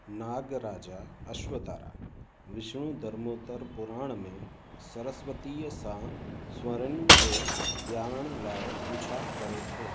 नाग राजा अश्वतारा विष्णुधर्मोत्तरु पुराण में सरस्वतीअ सां स्वरनि खे ॼाणण लाइ पुछा करे थो